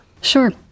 Sure